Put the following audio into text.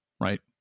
Right